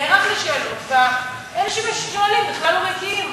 נערך לשאלות, ואלו ששואלים בכלל לא מגיעים.